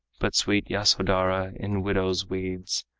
but sweet yasodhara, in widow's weeds,